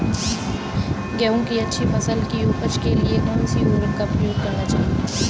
गेहूँ की अच्छी फसल की उपज के लिए कौनसी उर्वरक का प्रयोग करना चाहिए?